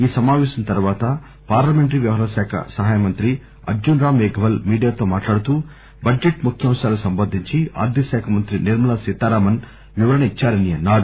ఈ సమాపేశం తరువాత పార్లమెంటరీ వ్యవహారాల శాఖ సహాయమంత్రి అర్జున్ రామ్ మేఘవల్ మీడియాతో మాట్లాడుతూ బడ్జెట్ ముఖ్యాంశాలకు సంబంధించి ఆర్దిక శాఖ మంత్రి నిర్మలా సీతారామస్ వివరణ ఇచ్చారని అన్నారు